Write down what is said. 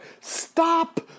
stop